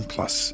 Plus